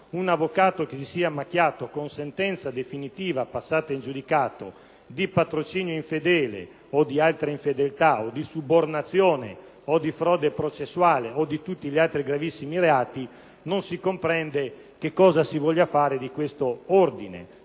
un avvocato macchiatosi con sentenza definitiva passata in giudicato di patrocinio infedele o di altre infedeltà nonché di subornazione, di frode processuale o di tutti gli altri gravissimi reati, non si comprende che cosa si voglia fare di questo ordine.